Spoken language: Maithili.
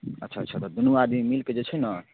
अच्छा अच्छा तऽ दुनू आदमी मिलि कऽ जे छै ने